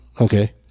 Okay